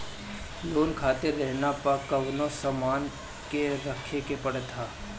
loan खातिर रेहन पअ कवनो सामान के रखे के पड़त हअ